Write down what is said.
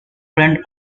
friend